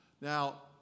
Now